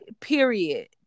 Period